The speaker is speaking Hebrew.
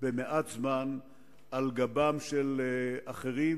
במעט זמן על גבם של אחרים,